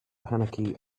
panicky